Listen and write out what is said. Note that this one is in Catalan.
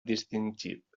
distingit